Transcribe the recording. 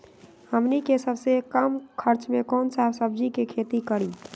हमनी के सबसे कम खर्च में कौन से सब्जी के खेती करी?